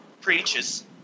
preaches